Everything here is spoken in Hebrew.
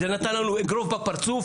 זה נתן לנו אגרוף בפרצוף.